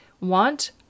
want